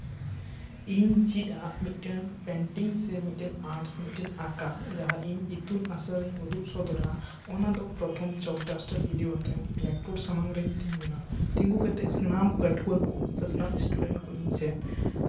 ᱤᱧ ᱪᱮᱫ ᱟᱜ ᱢᱤᱫᱴᱮᱱ ᱯᱮᱱᱴᱤᱝ ᱥᱮ ᱢᱤᱫᱴᱮᱱ ᱟᱨᱴ ᱥᱮ ᱢᱤᱫᱴᱮᱱ ᱟᱸᱠᱟ ᱡᱟᱦᱟᱸ ᱤᱧ ᱤᱛᱩᱱ ᱟᱥᱲᱟ ᱨᱮ ᱩᱫᱩᱜ ᱥᱚᱫᱚᱨᱟ ᱚᱱᱟᱫᱚ ᱯᱨᱚᱛᱷᱚᱢ ᱪᱚᱠ ᱰᱟᱥᱴᱟᱨ ᱤᱫᱤ ᱠᱟᱛᱮᱫ ᱵᱞᱮᱠᱵᱳᱨᱰ ᱥᱟᱢᱟᱝ ᱨᱤᱧ ᱛᱤᱸᱜᱩᱱᱟ ᱛᱤᱸᱜᱩ ᱠᱟᱛᱮᱫ ᱥᱟᱱᱟᱢ ᱯᱟᱹᱴᱷᱩᱣᱟᱹ ᱠᱚ ᱥᱮ ᱥᱟᱱᱟᱢ ᱥᱴᱩᱰᱮᱱᱴ ᱠᱚ ᱤᱧ ᱥᱮᱫ